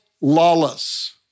lawless